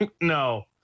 No